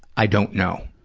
i don't know.